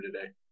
today